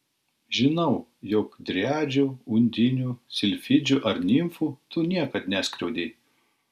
žinau jog driadžių undinių silfidžių ar nimfų tu niekad neskriaudei